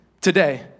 today